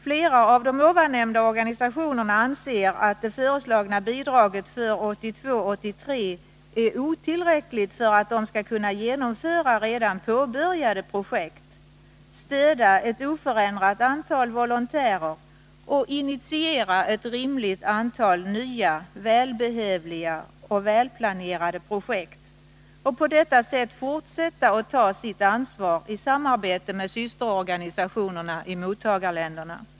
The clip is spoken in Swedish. Flera av de nämnda organisationerna anser att det föreslagna bidraget för 1982/83 är otillräckligt för att de skall kunna genomföra redan påbörjade projekt, stödja ett oförändrat antal volontärer och initiera ett rimligt antal nya välbehövliga och välplanerade projekt och på detta sätt fortsätta att ta sitt ansvar i samarbete med systerorganisationer i mottagarländerna.